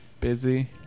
Busy